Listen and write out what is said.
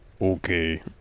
Okay